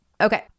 Okay